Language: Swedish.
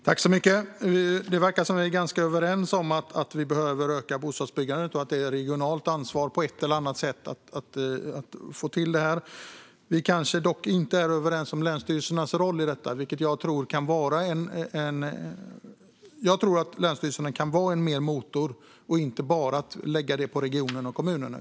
Fru talman! Det verkar som om statsrådet och jag är ganska överens om att vi behöver öka bostadsbyggandet och att det på ett eller annat sätt är ett regionalt ansvar att få detta till stånd. Dock är vi kanske inte överens om länsstyrelsernas roll i detta. Jag tror att länsstyrelserna kan vara mer av en motor och att man inte bara ska lägga detta på regionerna och kommunerna.